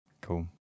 Cool